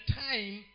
time